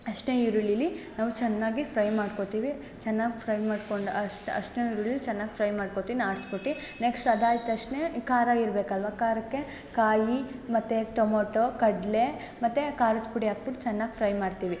ಅರಿಶ್ಣ ಈರುಳ್ಳಿಲ್ಲಿ ನಾವು ಚೆನ್ನಾಗಿ ಫ್ರೈ ಮಾಡ್ಕೋತೀವಿ ಚೆನ್ನಾಗಿ ಫ್ರೈ ಮಾಡ್ಕೊಂಡು ಅರ್ಶ್ ಅರಿಶ್ಣ ಈರುಳ್ಳಿಲ್ಲಿ ಚೆನ್ನಾಗಿ ಫ್ರೈ ಮಾಡ್ಕೋತೀನಿ ಆಡ್ಸ್ಬಿಟ್ಟಿ ನೆಕ್ಸ್ಟ್ ಅದಾಗ್ ತಕ್ಷ್ಣ ಖಾರ ಇರಬೇಕಲ್ವ ಖಾರಕ್ಕೆ ಕಾಯಿ ಮತ್ತು ಟೊಮೊಟೊ ಕಡಲೆ ಮತ್ತು ಖಾರದ ಪುಡಿ ಹಾಕ್ಬುಟ್ ಚೆನ್ನಾಗಿ ಫ್ರೈ ಮಾಡ್ತೀವಿ